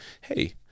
Hey